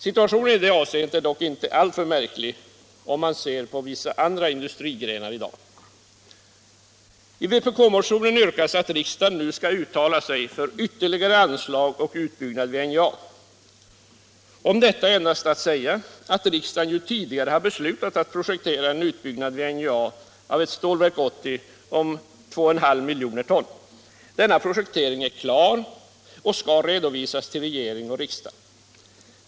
Situationen i det avseendet är dock inte märklig, om man ser på vissa andra in dustrigrenar i dag. I vpk-motionen yrkas att riksdagen nu skall uttala sig för ytterligare anslag och utbyggnad vid NJA. Om detta är endast att säga att riksdagen ju tidigare har beslutat att projektera en utbyggnad vid NJA av ett Stålverk 80 om 2,5 miljoner ton. Denna projektering är klar och skall redovisas till regering och riksdag.